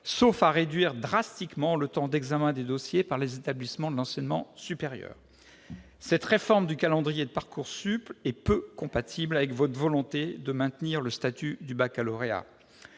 sauf à réduire drastiquement le temps d'examen des dossiers par les établissements de l'enseignement supérieur. Cette réforme du calendrier de Parcoursup est peu compatible avec votre volonté de maintenir le statut du baccalauréat,